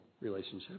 relationship